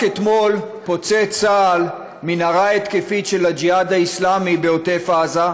רק אתמול פוצץ צה"ל מנהרה התקפית של הג'יהאד האסלאמי בעוטף עזה,